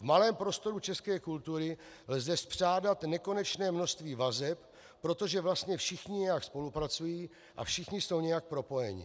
V malém prostoru české kultury lze spřádat nekonečné množství vazeb, protože vlastně všichni nějak spolupracují a všichni jsou nějak propojeni.